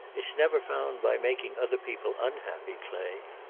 it's never found by making other people unhappy, clay.